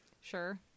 Sure